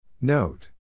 Note